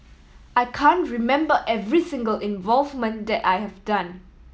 I can remember every single involvement that I have done